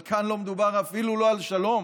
אבל כאן לא מדובר אפילו לא על שלום,